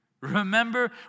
Remember